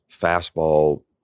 fastball